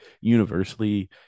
universally